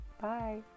bye